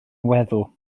weddw